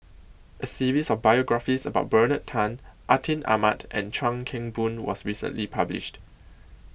A series of biographies about Bernard Tan Atin Amat and Chuan Keng Boon was recently published